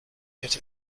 get